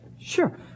Sure